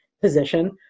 position